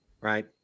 right